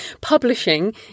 Publishing